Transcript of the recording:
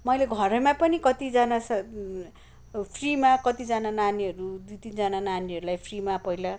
मैले घरैमा पनि कतिजना फ्रीमा कतिजाना नानीहरू दुई तिनजना नानीहरूलाई फ्रीमा पहिला